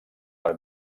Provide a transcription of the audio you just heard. per